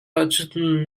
ahcun